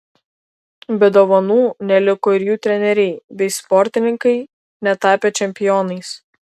be dovanų neliko ir jų treneriai bei sportininkai netapę čempionais